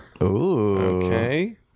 Okay